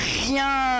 rien